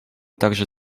także